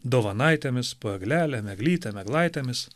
dovanaitėmis po eglelėm eglytėm eglaitėmis